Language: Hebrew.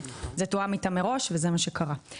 זה תואם איתה מראש וזה מה שקרה.